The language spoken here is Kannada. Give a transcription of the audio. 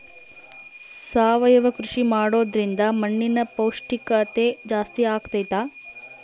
ಸಾವಯವ ಕೃಷಿ ಮಾಡೋದ್ರಿಂದ ಮಣ್ಣಿನ ಪೌಷ್ಠಿಕತೆ ಜಾಸ್ತಿ ಆಗ್ತೈತಾ?